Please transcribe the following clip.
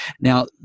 Now